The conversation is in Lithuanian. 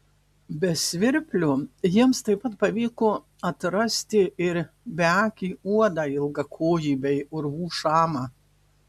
be svirplio jiems taip pat pavyko atrasti ir beakį uodą ilgakojį bei urvų šamą